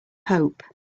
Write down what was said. pope